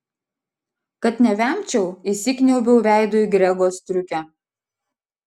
kad nevemčiau įsikniaubiau veidu į grego striukę